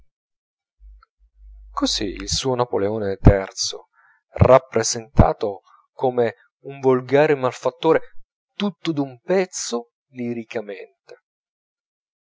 così il suo napoleone iii rappresentato come un volgare malfattore tutto d'un pezzo